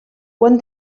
quan